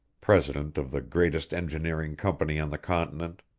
president of the greatest engineering company on the continent.